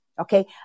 Okay